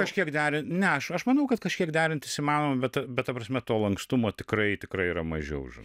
kažkiek deri ne aš aš manau kad kažkiek derintis įmanoma bet bet ta prasme to lankstumo tikrai tikrai yra mažiau